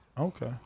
Okay